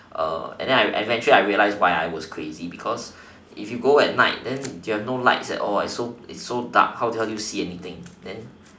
and then I eventually I realized why I was crazy because if you go at night then you have no light at all what it's so it's so dark how do you how do you see anything then